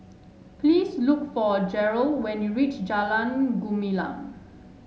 please look for Jerrold when you reach Jalan Gumilang